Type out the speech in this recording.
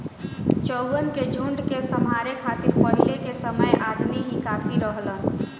चउवन के झुंड के सम्हारे खातिर पहिले के समय अदमी ही काफी रहलन